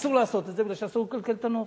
אסור לעשות את זה בגלל שאסור לקלקל את הנוף,